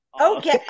Okay